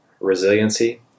resiliency